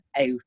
out